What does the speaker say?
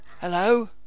Hello